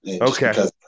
okay